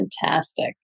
Fantastic